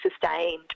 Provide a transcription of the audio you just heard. sustained